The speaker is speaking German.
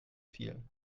viel